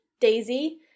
Daisy